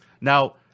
Now